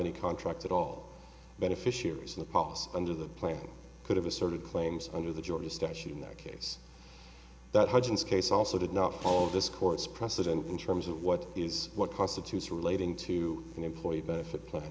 any contracts at all beneficiaries in the process under the plan could have asserted claims under the georgia statute in that case that hudgens case also did not all this court's precedent in terms of what is what constitutes relating to an employee benefit plan